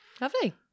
Lovely